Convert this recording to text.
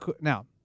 now